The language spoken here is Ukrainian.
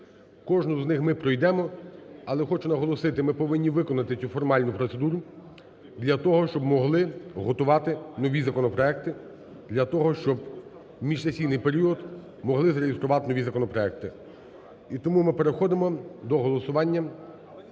Кожну з них ми пройдемо, але хочу наголосити, ми повинні виконати цю формальну процедуру для того, щоб могли готувати нові законопроекти, для того, щоб в міжсесійний період могли зареєструвати нові законопроекти. І тому ми переходимо до голосування